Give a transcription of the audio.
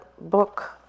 book